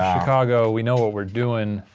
chicago, we know what we're doing.